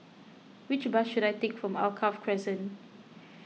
which bus should I take to Alkaff Crescent